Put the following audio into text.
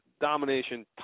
domination